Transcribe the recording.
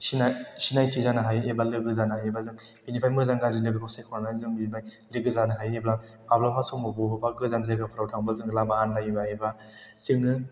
सिनायथि जानो हायो एबा लोगो जानो हायो एबा जों बेनिफ्राय मोजां गाज्रि लोगोफोर सायख'ना लाना जों बेनिफ्राय लोगो जानो हायो एबा माब्लाबा समाव बबेयावबा गोजान जायगाफोराव थांब्ला जों लामा आन्दायोबा एबा जोङो